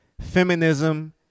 feminism